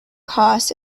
costs